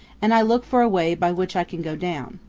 and i look for a way by which i can go down.